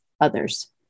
others